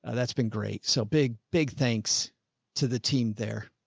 that's been great. so big, big thanks to the team there.